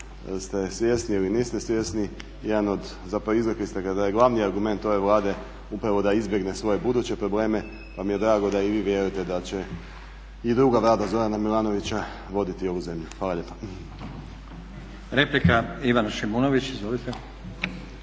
ste svjesni ili niste svjesni jedan od, zapravo izrekli ste ga da je glavni argument ove Vlade upravo da izbjegne svoje buduće probleme pa mi je drago da i vi vjerujete da će i druga Vlada Zorana Milanovića voditi ovu zemlju. Hvala lijepa.